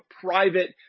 private